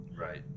right